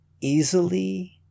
easily